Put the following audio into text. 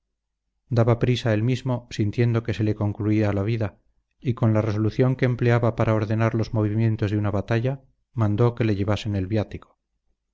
daba prisa él mismo sintiendo que se le concluía la vida y con la resolución que empleaba para ordenar los movimientos de una batalla mandó que le llevasen el viático